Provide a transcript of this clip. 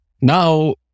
now